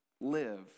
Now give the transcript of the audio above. live